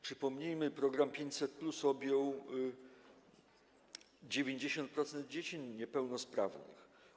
Przypomnijmy, że program 500+ objął 90% dzieci niepełnosprawnych.